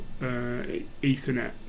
ethernet